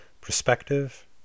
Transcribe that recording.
perspective